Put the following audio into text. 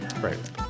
Right